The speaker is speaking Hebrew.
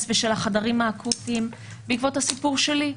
ושל החדרים האקוטיים בעקבות הסיפור שלי.